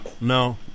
No